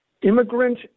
Immigrant